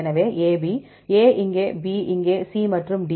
எனவே AB A இங்கே B இங்கே C மற்றும் D